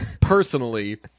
personally